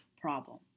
problem